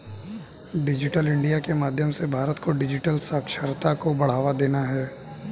digital India के माध्यम से भारत को डिजिटल साक्षरता को बढ़ावा देना है